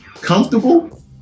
comfortable